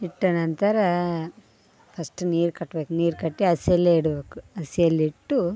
ಇಟ್ಟ ನಂತರ ಫಸ್ಟ್ ನೀರು ಕಟ್ಬೇಕು ನೀರು ಕಟ್ಟಿ ಹಸಿಲೆ ಇಡಬೇಕು ಹಸಿಲೆ ಇಟ್ಟು